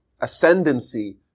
ascendancy